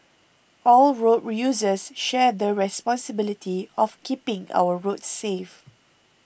all road users share the responsibility of keeping our roads safe